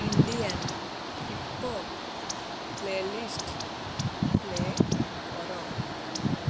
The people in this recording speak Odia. Indian hip hop playlist play କର